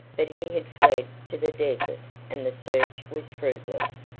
but he had fled to the desert and the search was fruitless.